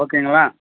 ஓகேங்களா